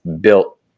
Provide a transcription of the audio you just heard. built